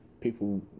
People